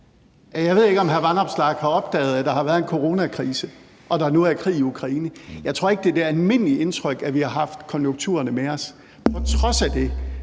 Jeg ved ikke, om hr. Alex Vanopslagh har opdaget, at der har været en coronakrise, og at der nu er krig i Ukraine. Jeg tror ikke, det er det almindelige indtryk, at vi har haft konjunkturerne med os.